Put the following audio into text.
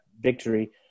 victory